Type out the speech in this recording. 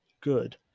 good